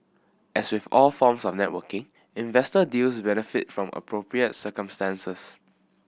as with all forms of networking investor deals benefit from appropriate circumstances